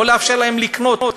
לא לאפשר להם לקנות?